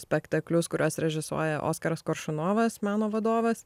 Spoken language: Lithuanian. spektaklius kuriuos režisuoja oskaras koršunovas meno vadovas